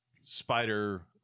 spider